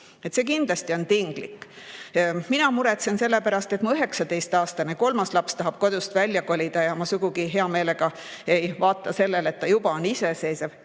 et see on kindlasti tinglik. Mina muretsen selle pärast, et mu 19‑aastane kolmas laps tahab kodust välja kolida, ja ma ei vaata sugugi hea meelega sellele, et ta juba on iseseisev.